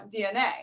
DNA